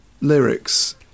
lyrics